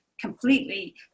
completely